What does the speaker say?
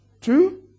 two